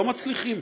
לא מצליחים.